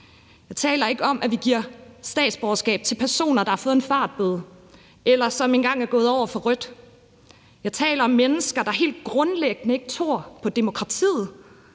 Jeg taler ikke om, at vi giver statsborgerskab til personer, der har fået en fartbøde, eller som engang er gået over for rødt. Jeg taler om mennesker, der helt grundlæggende ikke tror på demokratiet,